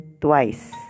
twice